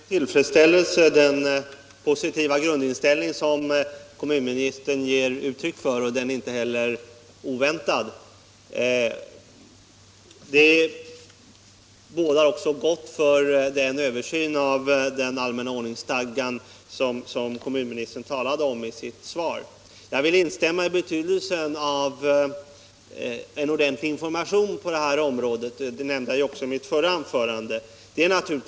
Herr talman! Jag noterar med tillfredsställelse den positiva grundinställning som kommunministern här ger uttryck för. Den är inte heller oväntad. Denna inställning bådar också gott för den översyn av den allmänna ordningsstadgan som kommunministern talade om i sitt svar. Jag vill instämma i fråga om betydelsen av en ordentlig information på det här området — det sade jag också i mitt förra anförande.